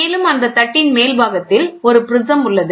மேலும் அந்தத் தட்டின் மேல் பாகத்தில் ஒரு ப்ரிஸம் உள்ளது